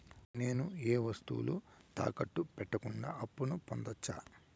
నేను ఏ వస్తువులు తాకట్టు పెట్టకుండా అప్పును పొందవచ్చా?